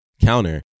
counter